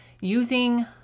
Using